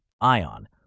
Ion